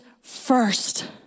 first